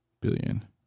billion